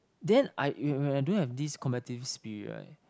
then I you I I don't have this competitive spirit eh